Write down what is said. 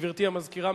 גברתי המזכירה,